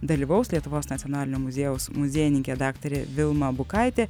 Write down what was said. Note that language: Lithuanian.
dalyvaus lietuvos nacionalinio muziejaus muziejininkė daktarė vilma bukaitė